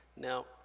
Now